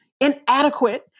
inadequate